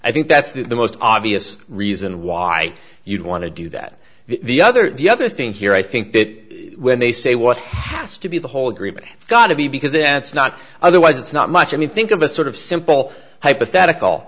i think that's the most obvious reason why you'd want to do that the other the other thing here i think that when they say what has to be the whole agreement it's got to be because then it's not otherwise it's not much i mean think of a sort of simple hypothetical